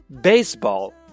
baseball